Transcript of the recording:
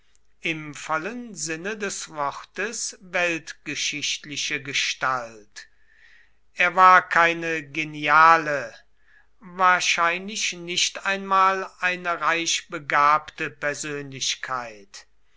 im vollen sinne des wortes weltgeschichtliche gestalt er war keine geniale wahrscheinlich nicht einmal eine reichbegabte persönlichkeit